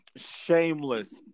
shameless